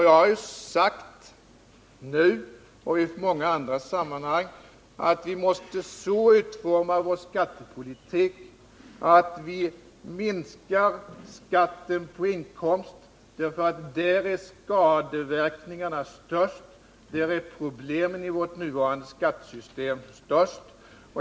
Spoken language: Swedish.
Jag har sagt nu och i många andra sammanhang att vi måste så utforma vår skattepolitik, att vi minskar skatten på inkomster, därför att där är skadeverkningarna störst, där är problemen i vårt nuvarande skattesystem störst.